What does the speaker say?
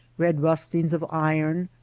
red rustings of iron,